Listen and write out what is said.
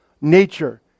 nature